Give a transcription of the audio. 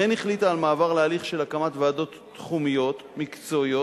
והחליטה על מעבר להליך של הקמת ועדות תחומיות מקצועיות,